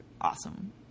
awesome